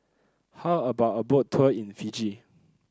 how about a Boat Tour in Fiji